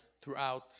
throughout